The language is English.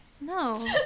No